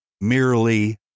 merely